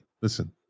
listen